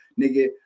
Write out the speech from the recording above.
nigga